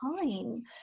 time